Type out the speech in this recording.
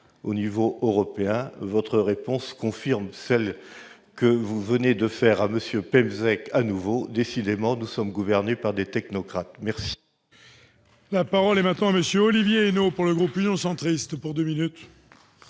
au niveau européen. Votre réponse confirme celle que vous venez de faire à M. Pemezec. Décidément, nous sommes gouvernés par des technocrates !